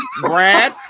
Brad